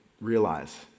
realize